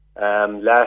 last